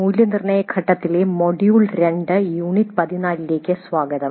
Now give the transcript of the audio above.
മൂല്യനിർണ്ണയ ഘട്ടത്തിലെ module 2 unit 14 ലേക്ക് സ്വാഗതം